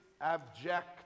abject